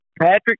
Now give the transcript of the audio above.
Patrick